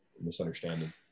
Misunderstanding